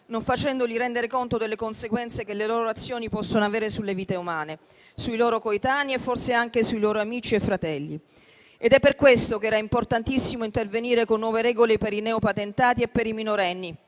non facendoli rendere conto delle conseguenze che le loro azioni possono avere sulle vite umane, sui loro coetanei e forse anche sui loro amici e fratelli. Per questo era importantissimo intervenire con nuove regole per i neopatentati e per i minorenni